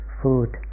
food